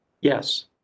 Yes